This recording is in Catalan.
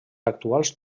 actuals